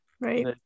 right